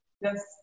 Yes